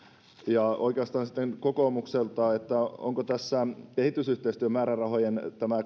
tehtäisi ja oikeastaan sitten kokoomukselta teillä on tämä kehitysyhteistyömäärärahojen